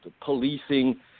policing